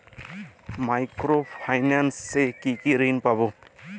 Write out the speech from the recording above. Micro finance এ কি কি ঋণ পাবো?